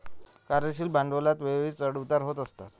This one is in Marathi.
कार्यशील भांडवलात वेळोवेळी चढ उतार होत असतात